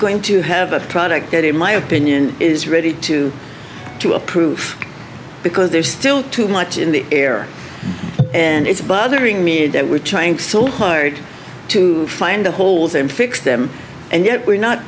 going to have a product that in my opinion is ready to to approve because there's still too much in the air and it's bothering me that we're trying so hard to find the holes and fix them and yet we're not